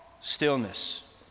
stillness